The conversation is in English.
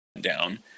down